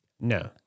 No